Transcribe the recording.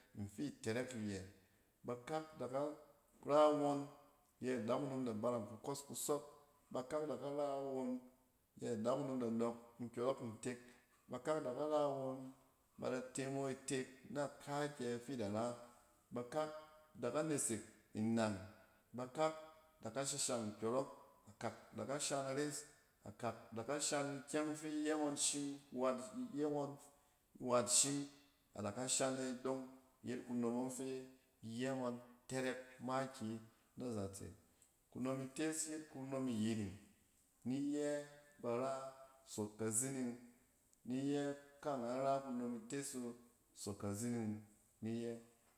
In fi tɛrɛk iyɛ. Bakak da ka ra won yɛ adakunom da barang ku kↄs kusↄp. Bakak da ka ra won yɛ dakunom da nↄk nkyↄrↄk ntek. Bakak da ka ra won ba da te mo itek na kaakyɛ fi ida ra. Bakak da nesek innang, bakak da ka shashang nkyↄrↄk. Akak da ka shan ares, akak da ka shan ikyɛng fi iyɛ ngↄn shim wat-iyɛ ngↄn wat shim ad aka shan e dↄng iyet kunom ↄng fi iyɛ, ngↄn tɛrɛk makiyi na zatse. kunom ites yet kunom iyiring. Ni yɛ bar a sↄk kazining ni yɛ, ka’angan ra kunom ites wu sↄk kazining ni yɛ.